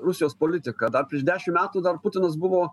rusijos politika dar prieš dešim metų dar putinas buvo